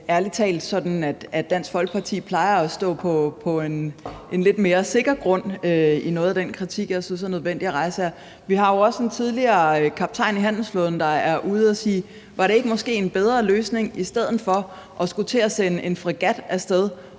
ærlig talt, at Dansk Folkeparti plejer at stå på en lidt mere sikker grund i noget af den kritik, jeg synes er nødvendig at rejse her. Vi har jo også en tidligere kaptajn i handelsflåden, der er ude at sige, om det ikke måske var en bedre løsning i stedet for at skulle til at sende en fregat af sted